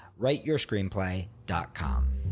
writeyourscreenplay.com